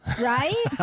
right